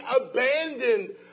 abandoned